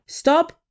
stop